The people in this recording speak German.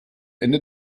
ende